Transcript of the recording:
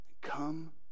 come